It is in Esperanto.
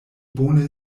bone